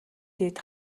дээд